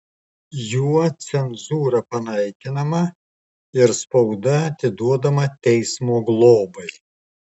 juo cenzūra panaikinama ir spauda atiduodama teismo globai